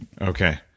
Okay